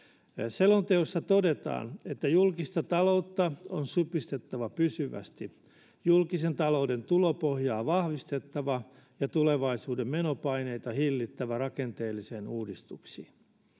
selonteossa todetaan että julkista taloutta on supistettava pysyvästi julkisen talouden tulopohjaa vahvistettava ja tulevaisuuden menopaineita hillittävä rakenteellisin uudistuksin